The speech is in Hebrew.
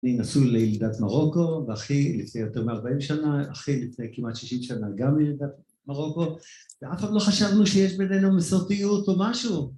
אני נשוי לילידת מרוקו, ואחי - לפני יותר מ-40 שנה - אחי לפני כמעט 60 שנה גם לילידת מרוקו, ואף פעם לא חשבנו שיש בינינו מסורתיות או משהו.